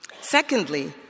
Secondly